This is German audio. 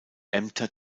ämter